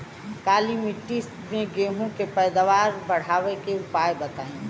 काली मिट्टी में गेहूँ के पैदावार बढ़ावे के उपाय बताई?